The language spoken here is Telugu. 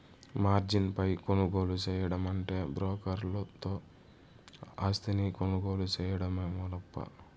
మార్జిన్ పై కొనుగోలు సేయడమంటే బ్రోకర్ తో ఆస్తిని కొనుగోలు సేయడమేనప్పా